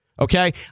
Okay